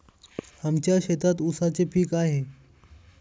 आमच्या शेतात ऊसाचे पीक आहे